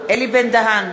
אלי בן-דהן,